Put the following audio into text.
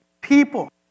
people